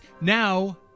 Now